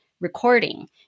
recording